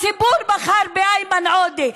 הציבור בחר באיימן עודה.